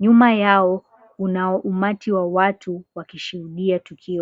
Nyuma yao kuna umati wa watu wakishuhudia tukio.